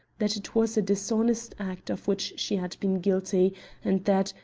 that it was a dishonest act of which she had been guilty and that,